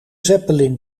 zeppelin